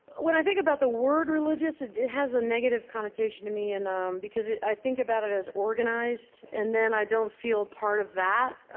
when i think about the word religious, it it has a negative connotation to me, and um because i think about it as organized, and then i don't feel part of that.